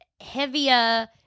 heavier